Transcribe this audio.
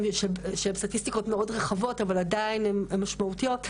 שהן סטטיסטיקות מאוד רחבות אבל עדיין משמעותיות,